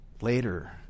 later